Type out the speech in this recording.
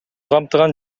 камтыган